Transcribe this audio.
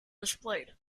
displayed